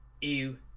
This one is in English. ew